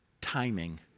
timing